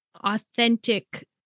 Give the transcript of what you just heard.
authentic